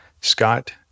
scott